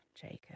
Jacob